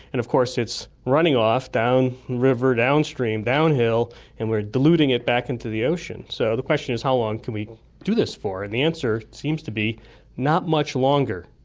and of course it's running off downriver, downstream, downhill and we're deluding it back into the ocean. so the question is how long can we do this for? and the answer seems to be not much longer.